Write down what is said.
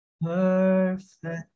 perfect